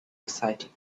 exciting